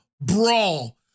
brawl